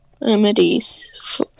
remedies